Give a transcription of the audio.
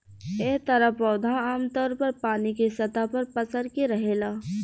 एह तरह पौधा आमतौर पर पानी के सतह पर पसर के रहेला